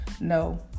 No